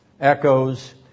Echoes